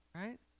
right